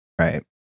Right